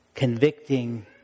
Convicting